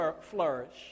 flourish